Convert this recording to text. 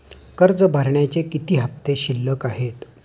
कर्ज भरण्याचे किती हफ्ते शिल्लक आहेत?